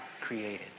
created